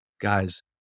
guys